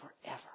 forever